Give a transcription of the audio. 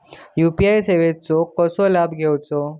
UPI सेवाचो कसो लाभ घेवचो?